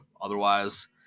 otherwise